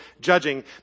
judging